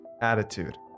Attitude